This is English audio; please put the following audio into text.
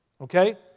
Okay